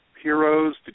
heroes